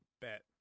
Bet